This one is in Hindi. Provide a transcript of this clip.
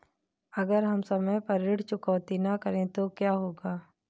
अगर हम समय पर ऋण चुकौती न करें तो क्या होगा?